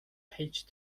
page